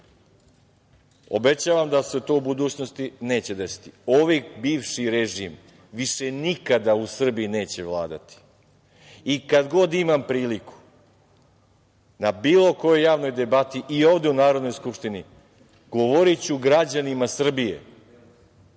bogatiji. Obećavam da se to u budućnosti neće desiti. Ovaj bivši režim više nikada u Srbiji neće vladati. Kad god imam priliku, na bilo kojoj javnoj debati i ovde u Narodnoj skupštini, govoriću građanima Srbije